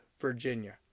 Virginia